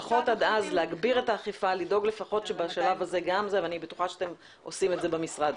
לפחות עד אז להגביר את האכיפה ואני בטוחה שאתם עושים את זה במשרד.